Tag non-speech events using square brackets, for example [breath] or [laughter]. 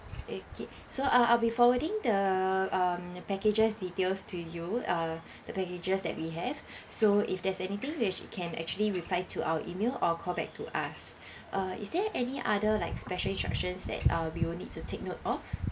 okay so I'll I'll be forwarding the um the packages details to you uh the packages that we have [breath] so if there's anything you actually can actually reply to our email or call back to us [breath] uh is there any other like special instructions that uh we will need to take note of